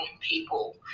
people